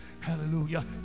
Hallelujah